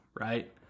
right